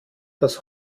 das